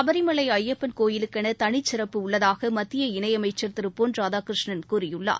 சபரிமலைஐயப்பன் கோயிலுக்கெனதனிச்சிறப்பு உள்ளதாகமத்திய இணையமைச்சர் திருபொன் ராதாகிருஷ்ணன் கூறியுள்ளார்